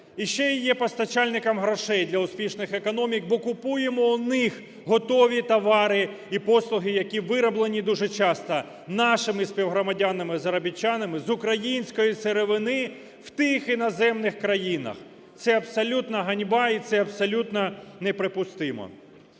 І ще і є постачальником грошей для успішних економік, бо купуємо у них готові товари і послуги, які вироблені дуже часто нашими співгромадянами-заробітчанами з української сировини в тих іноземних країнах. Це абсолютна ганьба і це абсолютно неприпустимо.